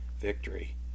victory